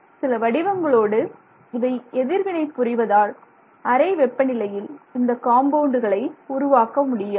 சில வடிவங்களோடு இவை எதிர்வினை புரிவதால் அறை வெப்பநிலையில் இந்த காம்பவுண்டுகளை உருவாக்க முடியாது